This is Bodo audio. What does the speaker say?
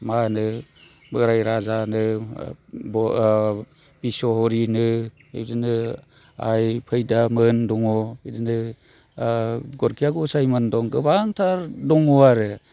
मा होनो बोराइ राजानो बिसहरिनो बिदिनो आइ फैदामोन दङ बिदिनो गरखिया गसाइमोन दं गोबांथार दङ आरो